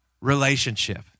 relationship